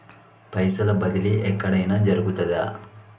పైసల బదిలీ ఎక్కడయిన జరుగుతదా?